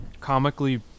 comically